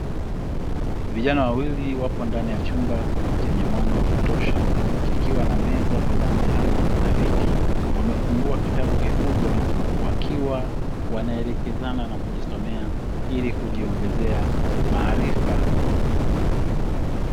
Vijana wawili wapo ndani ya chumba chenye mwanga wa kutosha, ikiwa na meza pamoja na viti. Wamefungua kitabu kikubwa wakiwa wanaelekezana na kujisomea ili kujiongezea maarifa.